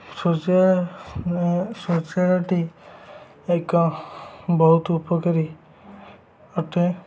ଶୌଚାଳୟଟି ଏକ ବହୁତ ଉପକାରୀ ଅଟେ